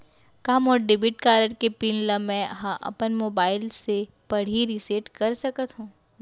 का मोर debit card के पिन ल मैं ह अपन मोबाइल से पड़ही रिसेट कर सकत हो?